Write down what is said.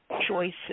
choices